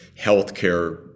healthcare